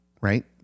right